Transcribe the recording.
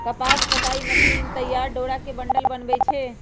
कपास कताई मशीन तइयार डोरा के बंडल बनबै छइ